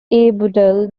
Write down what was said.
abdel